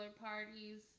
parties